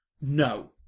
no